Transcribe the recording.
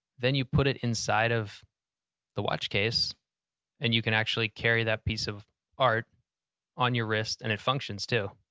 then you put it inside of the watch case and you can actually carry that piece of art on your wrist and it functions, too.